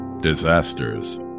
Disasters